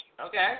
Okay